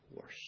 worse